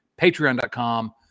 patreon.com